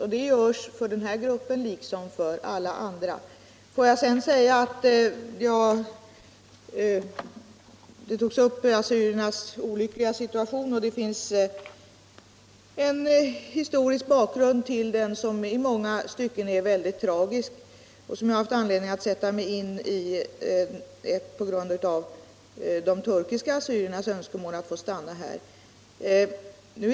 och det görs för denna grupp liksom för alla andra. Assyriernas olyckliga situation har berörts. Det finns en historisk bak grund till den, som i många stycken är mycket tragisk och som jag har haft anledning att sätta mig in i med anledning av de turkiska assyriernas önskemål att få stanna i vårt Jand.